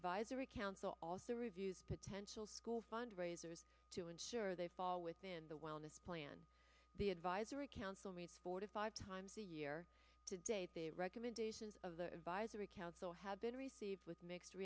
advisory council also reviews potential school fundraisers to ensure they fall within the wellness plan the advisory council meets four to five times a year to date the recommendations of the visor council have been received with mixed